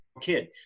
kid